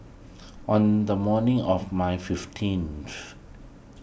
on the morning of my fifteenth